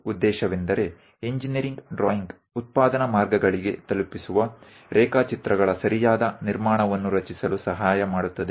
આ ઉપરાંત engineering drawing યોગ્ય બાંધકામનું ડ્રોઇંગ બાંધકામના રેખાંકનો બનાવવામાં મદદ કરે છે જે ઉત્પાદન લાઇનમાં પહોંચાડવામાં આવે છે